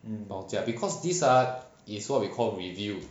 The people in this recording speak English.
bao jia because this ah is what we call a review